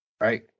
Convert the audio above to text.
right